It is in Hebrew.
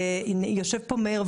ויושב פה מאיר,